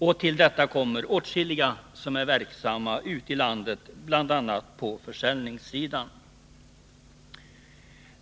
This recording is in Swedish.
Till detta kommer åtskilliga som är verksamma ute i landet, bl.a. på försäljningssidan.